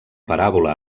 paràbola